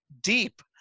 deep